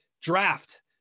draft